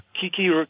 Kiki